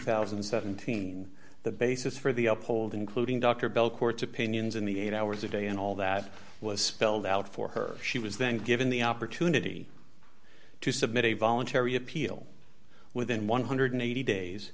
thousand and seventeen the basis for the op hold including dr belcourt opinions and the eight hours a day and all that was spelled out for her she was then given the opportunity to submit a voluntary appeal within one hundred and eighty d